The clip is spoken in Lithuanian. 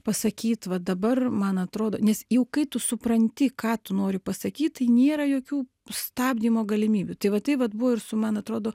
pasakyt va dabar man atrodo nes jau kai tu supranti ką tu nori pasakyt tai nėra jokių stabdymo galimybių tai va tai vat buvo ir su man atrodo